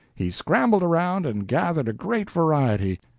he scrambled around and gathered a great variety,